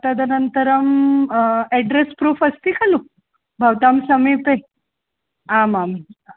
तदनन्तरम् address proof अस्ति खलु भवतां समीपे आमाम्